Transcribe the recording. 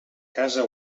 casa